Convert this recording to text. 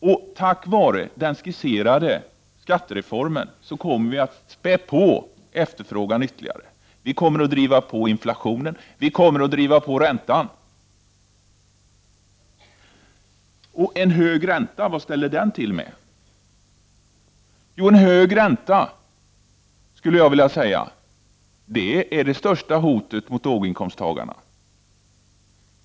På grund av den skisserade skattereformen kommer man att spä på efterfrågan ytterligare. Detta kommer att driva på inflationen och räntan. Vad ställer en hög ränta till med? Jo, den innebär det största hotet mot låginkomsttagarna.